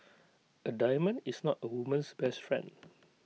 A diamond is not A woman's best friend